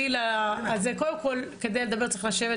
בילינו הרבה, כולל בשטח.